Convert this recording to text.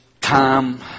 time